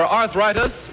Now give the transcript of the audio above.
arthritis